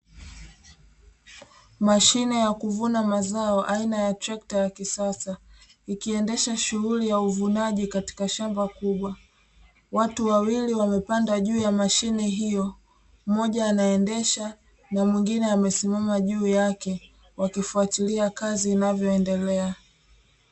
Mashine ya kuvuna mazao aina ya trekta ya kisasa ikiendesha shughuli ya uvunaji katika shamba kubwa. Watu wawili wamepanda juu ya mashine hiyo, mmoja anaendesha na mmoja amesimama juu yake, wakifatilia kazi inavyoendelea.